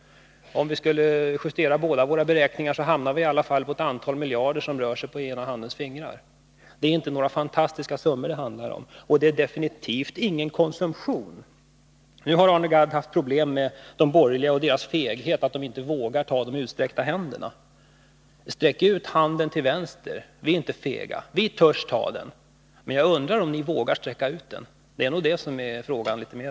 Även om vi båda skulle justera våra beräkningar, rör det sig ju bara om några få miljarder — skillnaden kan räknas på ena handens fingrar. Det är alltså inte några fantastiska summor det handlar om, och det är absolut ingen konsumtionspolitik. Arne Gadd har haft problem med de borgerliga och deras feghet, att de inte vågar ta de utsträckta händerna. Sträck ut handen till vänster! Vi är inte fega, vi törs ta den. Men jag undrar om ni vågar sträcka ut den.